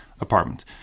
apartment